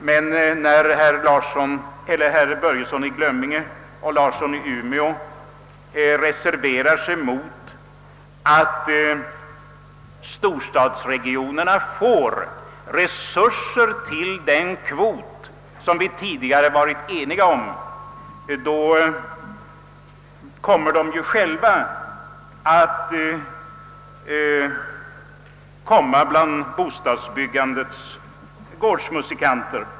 Men när herrar Börjesson i Glömminge och Larsson i Umeå reserverar sig mot att storstadsregionerna får resurser att fylla den kvot som vi tidigare varit eniga om, hamnar de själva bland bostadsbyggan dets gårdsmusikanter.